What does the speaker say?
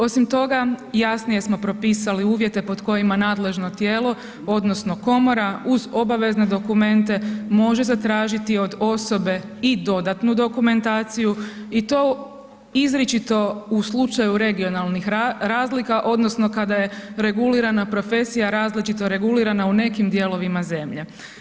Osim toga jasnije smo propisali uvjete pod kojima nadležno tijelo odnosno komora uz obavezne dokumente može zatražiti od osobe i dodatnu dokumentaciju i to izričito u slučaju regionalnih razlika odnosno kada je regulirana profesija različito regulirana u nekim dijelovima zemlje.